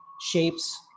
shapes